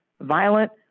violent